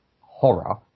horror